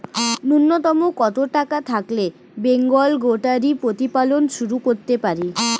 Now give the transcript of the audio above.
নূন্যতম কত টাকা থাকলে বেঙ্গল গোটারি প্রতিপালন শুরু করতে পারি?